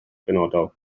benodol